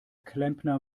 klempner